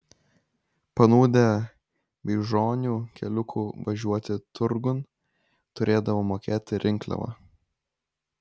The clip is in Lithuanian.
panūdę beižonių keliuku važiuoti turgun turėdavo mokėti rinkliavą